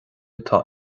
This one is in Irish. atá